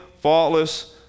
faultless